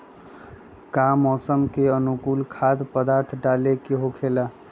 का मौसम के अनुकूल खाद्य पदार्थ डाले के होखेला?